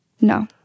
No